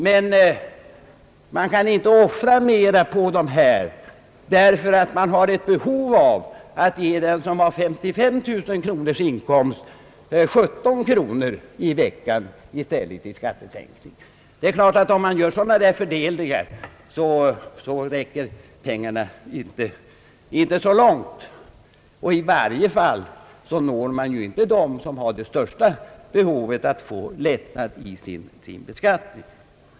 Man kan inte offra mera på dessa inkomstgrupper, eftersom man har ett behov av att ge dem som har en inkomst på 55 000 kronor om året 17 kronor i veckan i skattesänkning. Om man gör sådana fördelningar, räcker naturligtvis inte pengarna så långt. I varje fall når man inte dem som har det största behovet av att få lättnader i sin beskattning.